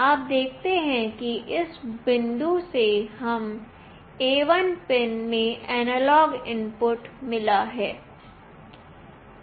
आप देखते हैं कि इस बिंदु से हमें इस A1 पिन में एनालॉग इनपुट मिला है